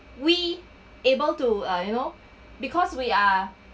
we able to uh you know because we are